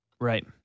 Right